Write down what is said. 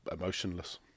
emotionless